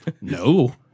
no